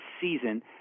season –